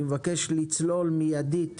אני מבקש לצלול מיידית